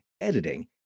editing